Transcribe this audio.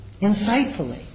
insightfully